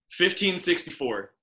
1564